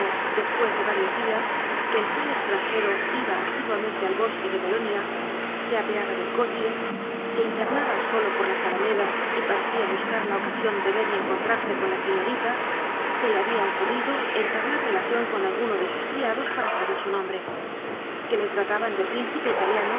después de varios días que el tal extranjero iba asiduamente al bosque de bolonia se apeaba del coche se internaba solo ñor las alamedas y parecía buscar la ocasión de ver o encontrarse con la señorita se le había ocurrido entablar relación con alguno de sus criados para saber su nombre que le trataban de príncipe